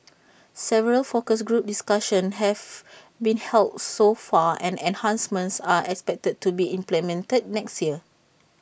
several focus group discussions have been held so far and enhancements are expected to be implemented next year